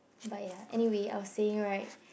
but ya anyway I will say it right